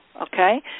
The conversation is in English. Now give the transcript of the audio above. okay